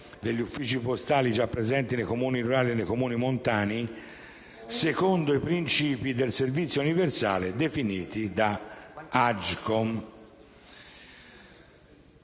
degli uffici postali già presenti nei comuni rurali o nei comuni montani, secondo i principi del servizio universale definiti da Agcom».